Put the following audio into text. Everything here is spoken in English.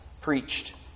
preached